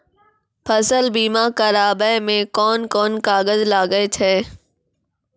फसल बीमा कराबै मे कौन कोन कागज लागै छै?